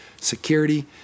security